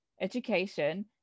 education